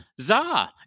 Zah